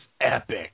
epic